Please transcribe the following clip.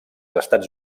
estats